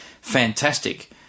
fantastic